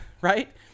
right